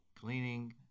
cleaning